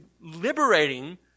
liberating